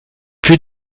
plus